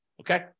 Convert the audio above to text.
okay